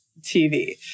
TV